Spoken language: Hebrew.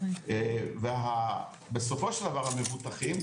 בסופו של דבר המבוטחים,